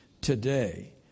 today